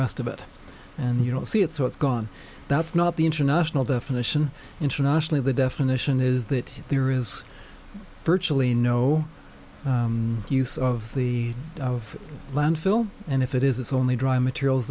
rest of it and you don't see it so it's gone that's not the international definition internationally the definition is that there is virtually no use of the landfill and if it is it's only dry materials